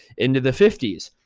into the fifty s.